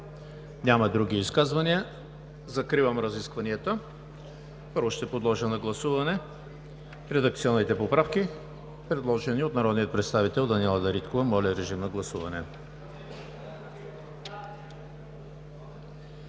Няма. Други изказвания? Няма. Закривам разискванията. Първо, ще подложа на гласуване редакционните поправки, предложени от народния представител Даниела Дариткова. Моля, гласувайте.